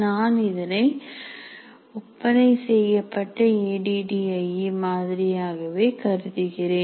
நான் இதனை ஒப்பனை செய்யப்பட்டஏ டி டி ஐ இ மாதிரியாகவே கருதுகிறேன்